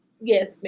Yes